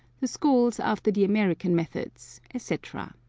the schools after the american methods, etc.